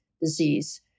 disease